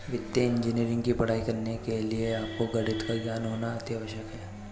वित्तीय इंजीनियरिंग की पढ़ाई करने के लिए आपको गणित का ज्ञान होना अति आवश्यक है